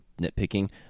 nitpicking